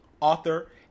author